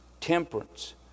temperance